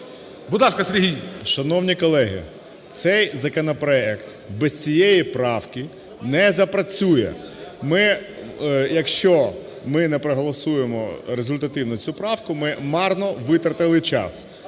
Шановні колеги, цей законопроект без цієї правки не запрацює. Ми, якщо ми не проголосуємо результативно цю правку, ми марно витратили час.